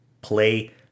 Play